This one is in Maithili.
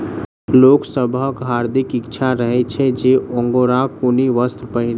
लोक सभक हार्दिक इच्छा रहैत छै जे अंगोराक ऊनी वस्त्र पहिरी